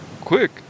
Quick